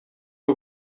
que